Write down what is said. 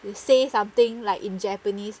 to say something like in japanese